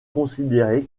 considéré